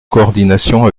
coordination